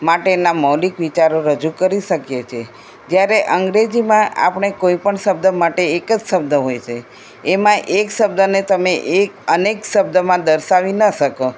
માટેના મૌલિક વિચારો રજૂ કરી શકીએ છે જ્યારે અંગ્રેજીમાં આપણે કોઈપણ શબ્દ માટે એક જ શબ્દ હોય છે એમાં એક શબ્દને તમે એક અનેક શબ્દોમાં દર્શાવી ન શકો